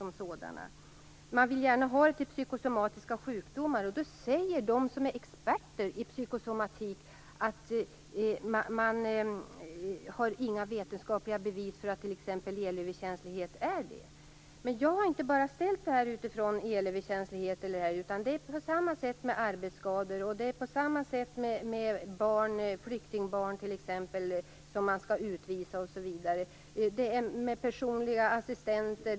Man vill gärna få det att framstå som att det handlar om psykosomatiska sjukdomar, men experter i psykosomatik säger att det inte finns några vetenskapliga bevis för att t.ex. elöverkänslighet är en psykosomatisk sjukdom. Jag har inte bara framställt interpellationen utifrån förhållandena vad gäller bl.a. elöverkänslighet, utan det är på samma sätt med arbetsskador och t.ex. flyktingbarn som skall utvisas. Vidare gäller det detta med personliga assistenter.